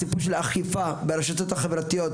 הסיפור של האכיפה ברשתות החברתיות,